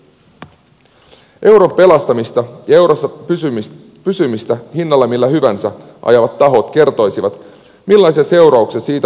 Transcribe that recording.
että euron pelastamista ja eurossa pysymistä hinnalla millä hyvänsä ajavat tahot kertoisivat millaisia seurauksia siitä on tavallisille suomalaisille